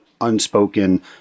unspoken